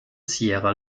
sierra